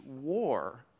war